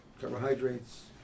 carbohydrates